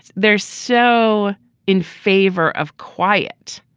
they're so in favor of quiet.